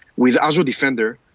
with azure defender,